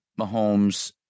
Mahomes